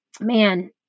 man